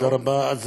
תודה רבה.